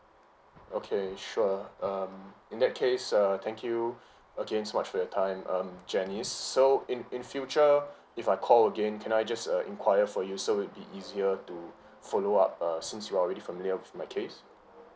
okay sure um in that case uh thank you okay so much for your time um janice so in in future if I call again can I just uh inquire for you so it'll be easier to follow up uh since you're already familiar with my case